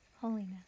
holiness